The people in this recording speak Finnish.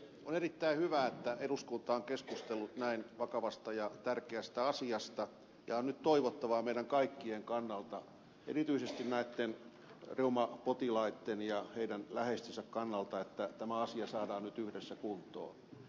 on erittäin hyvä että eduskunta on keskustellut näin vakavasta ja tärkeästä asiasta ja on nyt toivottavaa meidän kaikkien kannalta erityisesti näitten reumapotilaitten ja heidän läheistensä kannalta että tämä asia saadaan nyt yhdessä kuntoon